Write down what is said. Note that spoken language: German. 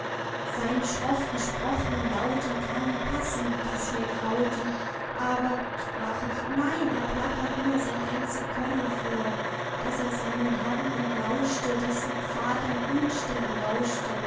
seine schroff gesprochnen laute klangen passend daß mir graute aber sprach ich nein er plappert nur sein einzig können vor das er seinem herrn entlauschte dessen pfad ein unstern rauschte